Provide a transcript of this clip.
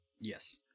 Yes